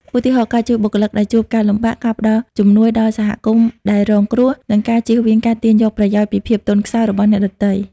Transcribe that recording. ឧទាហរណ៍ ការជួយបុគ្គលិកដែលជួបការលំបាក ការផ្ដល់ជំនួយដល់សហគមន៍ដែលរងគ្រោះ និងការជៀសវាងការទាញយកប្រយោជន៍ពីភាពទន់ខ្សោយរបស់អ្នកដទៃ។